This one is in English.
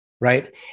right